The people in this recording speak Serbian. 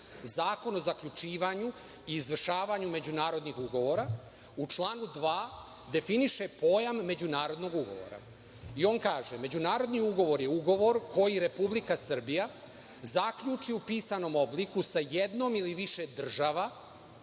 Zakon o zaključivanju i izvršavanju međunarodnih ugovora, u članu 2. definiše pojam međunarodnog ugovora. On kaže – međunarodni ugovor je ugovor koji Republika Srbija zaključi u pisanom obliku sa jednom ili više država